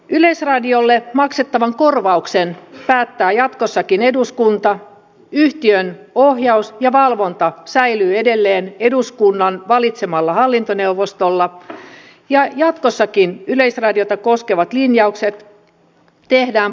yleisradiolle maksettavan korvauksen päättää jatkossakin eduskunta yhtiön ohjaus ja valvonta säilyy edelleen eduskunnan valitsemalla hallintoneuvostolla ja jatkossakin yleisradiota koskevat linjaukset tehdään parlamentaarisesti